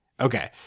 Okay